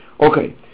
Okay